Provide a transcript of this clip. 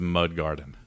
Mudgarden